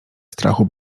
strachu